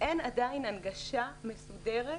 אין עדיין הנגשה מסודרת